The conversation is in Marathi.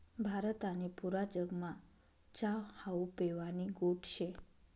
भारत आणि पुरा जगमा च्या हावू पेवानी गोट शे